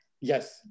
Yes